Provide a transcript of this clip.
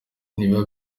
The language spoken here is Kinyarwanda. ntibiba